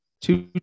Two